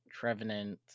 Trevenant